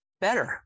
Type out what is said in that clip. better